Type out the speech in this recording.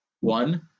one